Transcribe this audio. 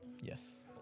yes